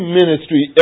ministry